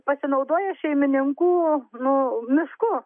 pasinaudoja šeimininkų nu mišku